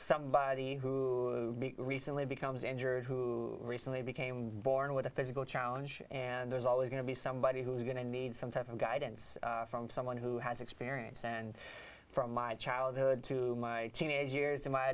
somebody who recently becomes injured who recently became born with a physical challenge and there's always going to be somebody who's going to need some type of guidance from someone who has experience and from my childhood to my teenage years to my